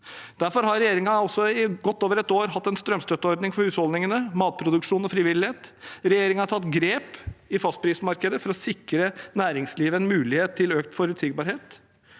Derfor har regjeringen i godt over et år hatt en strømstøtteordning for husholdningene, matproduksjonen og frivilligheten. Regjeringen har tatt grep i fastprismarkedet for å sikre næringslivet en mulighet til økt forutsigbarhet.